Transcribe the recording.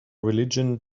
religion